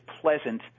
pleasant